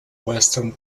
western